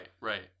right